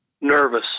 nervous